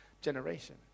generation